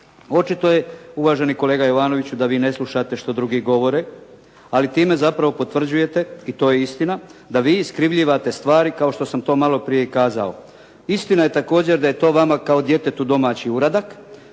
Očito je uvaženi kolega Jovanoviću da vi ne slušate što drugi govore, ali time zapravo potvrđujete i to je istina da vi iskrivljivate stvari kao što sam to malo prije i kazao. Istina je također da je to vama kao djetetu domaći uradak,